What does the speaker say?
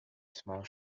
small